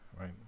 right